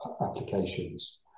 applications